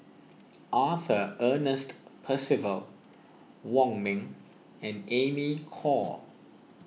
Arthur Ernest Percival Wong Ming and Amy Khor